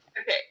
Okay